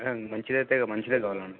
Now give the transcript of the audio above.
అన్న మంచిది అయితే మంచిదే కావాలి అన్న